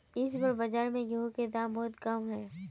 इस बार बाजार में गेंहू के दाम बहुत कम है?